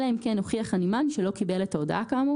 אלא אם כן הוכיח הנמען שלא קיבל את ההודעה כאמור